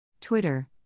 Twitter